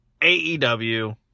AEW